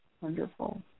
wonderful